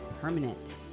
permanent